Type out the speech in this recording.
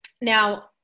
now